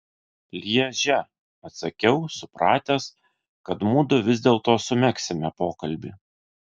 lježe atsakiau supratęs kad mudu vis dėlto sumegsime pokalbį